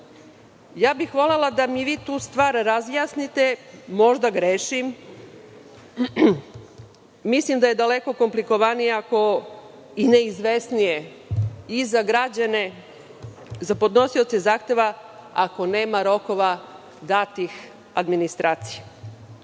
bih da mi vi tu stvar razjasnite. Možda grešim. Mislim da je daleko komplikovanije i neizvesnije i za građane podnosioce zahteva ako nema rokova datih administraciji.